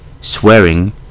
swearing